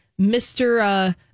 Mr